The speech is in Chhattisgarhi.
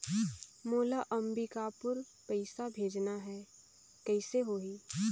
मोला अम्बिकापुर पइसा भेजना है, कइसे होही?